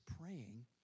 praying